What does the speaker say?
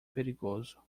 perigoso